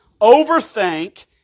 overthink